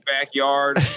backyard